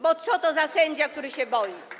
Bo co to za sędzia, który się boi?